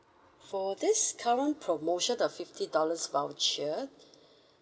for this current promotion the fifty dollars voucher